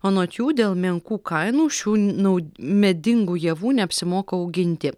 anot jų dėl menkų kainų šių nau medingų javų neapsimoka auginti